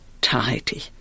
tidy